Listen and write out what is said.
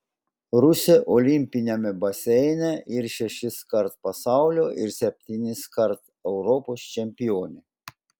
rusė olimpiniame baseine ir šešiskart pasaulio ir septyniskart europos čempionė